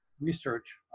research